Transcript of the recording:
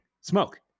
smoke